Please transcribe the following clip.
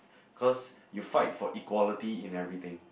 cause you fight for equality in everything